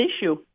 issue